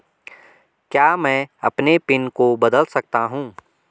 क्या मैं अपने पिन को बदल सकता हूँ?